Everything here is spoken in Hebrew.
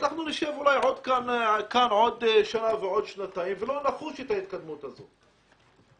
אנחנו נשב כאן עוד שנה ועוד שנתיים ולא נרגיש בהתקדמות הזאת.